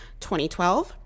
2012